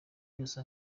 yose